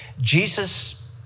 Jesus